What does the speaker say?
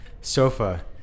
Sofa